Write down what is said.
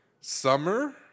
summer